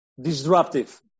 Disruptive